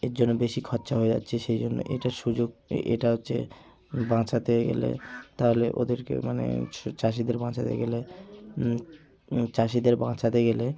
এর জন্য বেশি খরচা হয়ে যাচ্ছে সেই জন্য এটার সুযোগ এটা হচ্ছে বাঁচাতে গেলে তাহলে ওদেরকে মানে চাষিদের বাঁচাতে গেলে চাষিদের বাঁচাতে গেলে